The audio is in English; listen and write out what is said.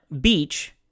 Beach